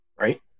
right